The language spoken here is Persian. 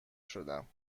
شدم